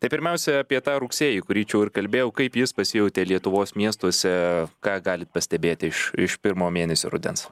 tai pirmiausia apie tą rugsėjį kurį čia ir jau kalbėjau kaip jis pasijautė lietuvos miestuose ką galit pastebėti iš iš pirmo mėnesio rudens